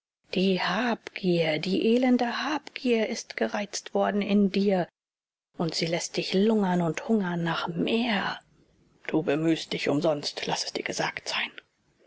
die habgier die elende habgier ist gereizt worden in dir und sie läßt dich lungern und hungern nach mehr du bemühst dich umsonst laß es dir gesagt sein